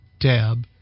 tab